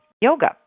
yoga